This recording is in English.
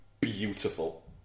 beautiful